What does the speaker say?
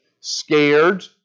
scared